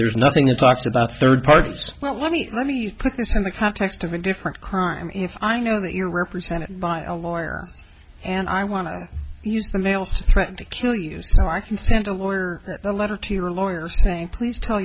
there's nothing that talks about third parties well let me let me put this in the context of a different crime if i know that you're represented by a lawyer and i want to use the mails to threaten to kill you so i can send a lawyer a letter to your lawyer saying please tell